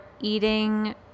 eating